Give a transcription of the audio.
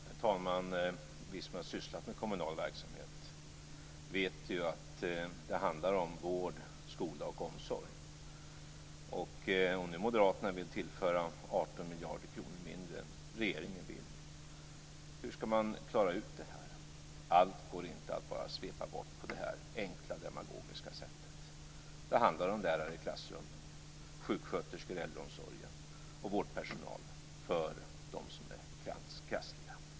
Herr talman! Vi som har sysslat med kommunal verksamhet vet att det handlar om vård, skola och omsorg. Om nu moderaterna vill tillföra 18 miljarder kronor mindre än regeringen vill, hur skall man klara ut detta? Allt går inte att svepa bort på det här enkla demagogiska sättet. Det handlar om lärare i klassrummen, sjuksköterskor i äldreomsorgen och vårdpersonal för dem som är krassliga.